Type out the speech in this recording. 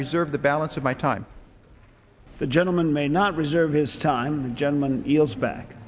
reserve the balance of my time the gentleman may not reserve his time gentleman yield back